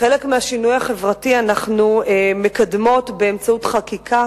חלק מהשינוי החברתי אנחנו מקדמות באמצעות חקיקה.